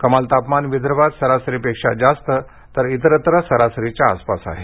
कमाल तापमान विदर्भात सरासरीपेक्षा जास्त तर इतरत्र सरासरीच्या आसपास आहे